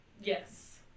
Yes